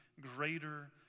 greater